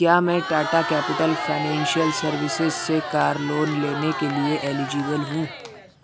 کیا میں Tata capital financial services سے کار لون لینے کے لیے ایلیجیبل ہوں